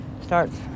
starts